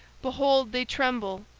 behold they tremble!